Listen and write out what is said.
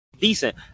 decent